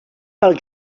pel